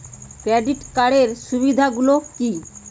Credit কার্ডের সুবিধা গুলো কি?